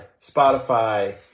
Spotify